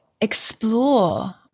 explore